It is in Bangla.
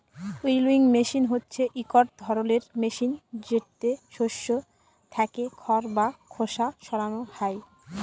উইলউইং মেসিল হছে ইকট ধরলের মেসিল যেটতে শস্য থ্যাকে খড় বা খোসা সরানো হ্যয়